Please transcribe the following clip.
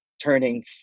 turning